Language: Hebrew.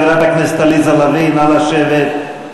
חברת הכנסת עליזה לביא, נא לשבת.